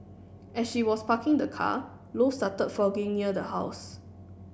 as she was parking the car Low started fogging near the house